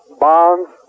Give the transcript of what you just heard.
bonds